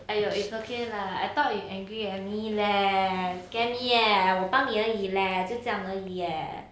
!aiyo! is okay lah I thought you angry at me leh scare me leh 我帮你而已 leh 就这样而已 leh